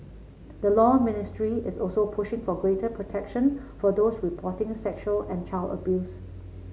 the Law Ministry is also pushing for greater protection for those reporting sexual and child abuse